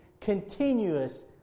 continuous